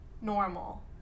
normal